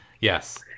yes